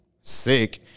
sick